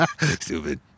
stupid